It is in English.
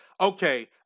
okay